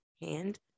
hand